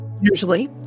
usually